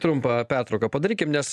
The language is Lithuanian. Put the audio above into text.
trumpą pertrauką padarykim nes